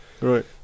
Right